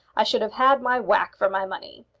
i should have had my whack for my money.